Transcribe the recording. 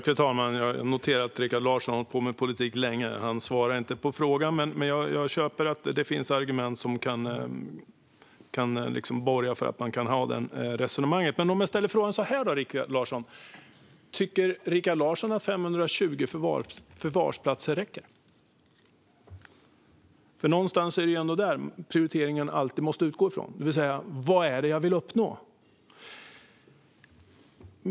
Fru talman! Jag noterar att Rikard Larsson har hållit på med politik länge; han svarar inte på frågan. Jag köper dock att det finns argument som kan borga för det resonemanget. Men då ställer jag frågan så här, Rikard Larsson: Tycker Rikard Larsson att 520 förvarsplatser räcker? Någonstans är det ju ändå därifrån prioriteringen alltid måste utgå, det vill säga vad det är man vill uppnå.